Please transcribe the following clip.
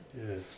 Yes